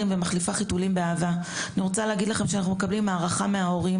חולות ברמה שהן לא יכולות לפצות את הפה בבכי מרורים